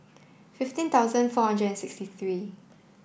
fifteen thousand four hundred and sixty three